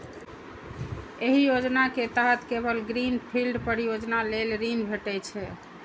एहि योजना के तहत केवल ग्रीन फील्ड परियोजना लेल ऋण भेटै छै